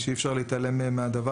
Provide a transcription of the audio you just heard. אי אפשר להתעלם מזה.